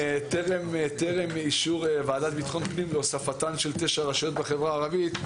טרם אישור ועדת ביטחון פנים להוספתן של תשע רשויות בחברה הערבית,